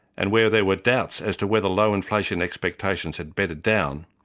and where there were doubts as to whether low inflation expectations had bedded down,